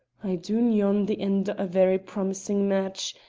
i doot yon's the end o' a very promisin' match,